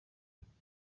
kanombe